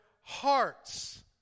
hearts